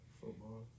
Football